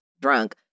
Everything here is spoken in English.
drunk